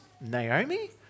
Naomi